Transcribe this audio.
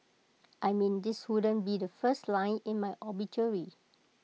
I mean this wouldn't be the first line in my obituary